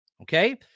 okay